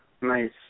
Nice